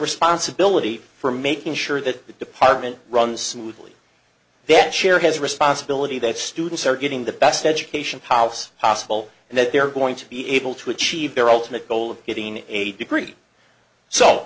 responsibility for making sure that the department runs smoothly that share his responsibility that students are getting the best education policy possible and that they are going to be able to achieve their ultimate goal of getting a degree so